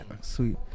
sweet